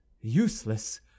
useless